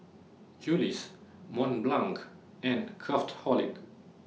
Julie's Mont Blanc and Craftholic